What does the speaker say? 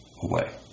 away